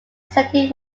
setting